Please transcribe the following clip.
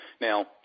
Now